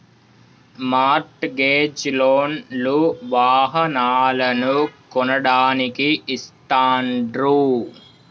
mart gauge loan లు వాహనాలను కొనడానికి ఇస్తాండ్రు